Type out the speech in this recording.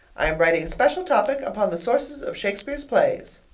i am writing a special topic upon the sources of shakespeare's plays.